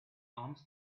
arms